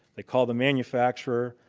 they call the manufacturer,